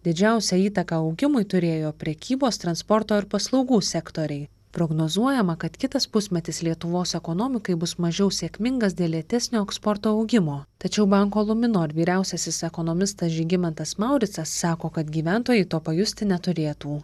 didžiausią įtaką augimui turėjo prekybos transporto ir paslaugų sektoriai prognozuojama kad kitas pusmetis lietuvos ekonomikai bus mažiau sėkmingas dėl lėtesnio eksporto augimo tačiau banko luminor vyriausiasis ekonomistas žygimantas mauricas sako kad gyventojai to pajusti neturėtų